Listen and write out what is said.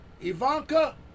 Ivanka